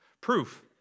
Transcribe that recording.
Proof